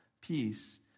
peace